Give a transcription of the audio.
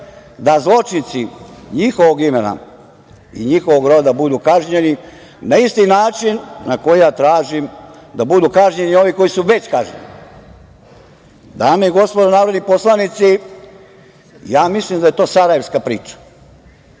da zločinci njihovog imena i njihovog roda kažnjeni na isti način na koji ja tražim da budu kažnjeni i oni koji su već kažnjeni. Dame i gospodo narodni poslanici, mislim da je to sarajevska priča,